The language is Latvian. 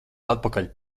atpakaļ